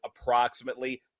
approximately